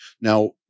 Now